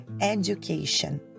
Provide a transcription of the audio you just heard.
Education